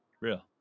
real